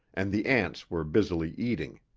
and the ants were busily eating.